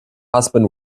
husband